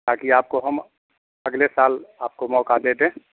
ताकि आपको हम अगले साल आपको मौका दे दें